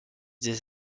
des